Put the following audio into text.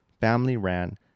family-ran